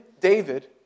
David